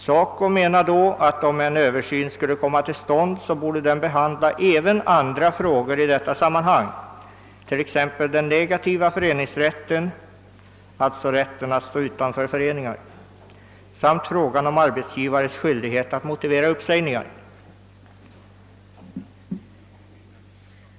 SACO menade då att en översyn, om den skulle komma till stånd, också borde avse andra frågor i detta sammanhang, t.ex. den negativa föreningsrätten eller rätten att stå utanför föreningar samt frå gan om arbetsgivares skyldighet att motivera uppsägningar.